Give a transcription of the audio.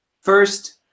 First